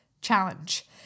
challenge